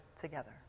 together